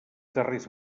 darrers